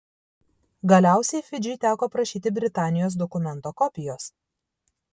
galiausiai fidžiui teko prašyti britanijos dokumento kopijos